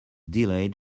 delayed